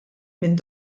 minn